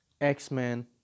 X-Men